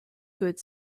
good